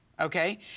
okay